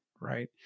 right